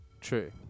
true